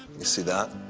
you see that?